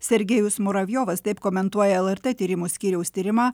sergejus muravjovas taip komentuoja lrt tyrimų skyriaus tyrimą